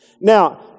Now